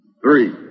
Three